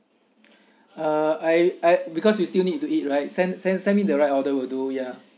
uh I I because we still need to eat right send send send me the right order will do ya